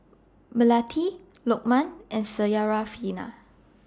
Melati Lokman and Syarafina